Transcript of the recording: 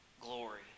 glory